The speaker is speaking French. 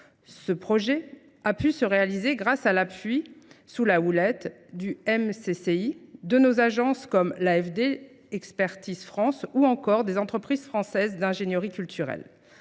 Ce projet a pu se réaliser grâce à l'appui sous la houlette du MCCI de nos agences comme l'AFD Expertise France ou encore des entreprises françaises d'ingénierie culturelle.